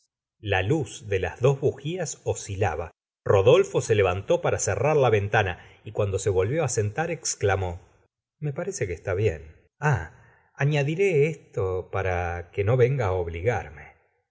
la luz de las dos bujías oscilaba rodolfo se levantó para cerrar la ventana y cuando se volvió á sentar exclamó me parece que está bien ah añadiré esto pa ra que no venga á obligarme